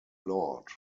lord